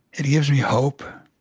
it gives me hope.